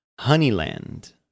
Honeyland